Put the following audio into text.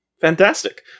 fantastic